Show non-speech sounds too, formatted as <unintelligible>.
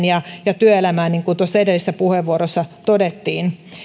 <unintelligible> ja työelämän kanssa niin kuin tuossa edellisessä puheenvuorossa todettiin